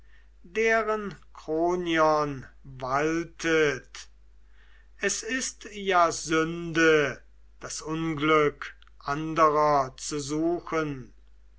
deren kronion waltet es ist ja sünde das unglück andrer zu suchen